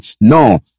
no